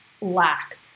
lack